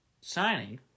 signing